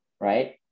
right